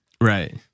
Right